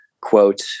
quote